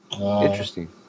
Interesting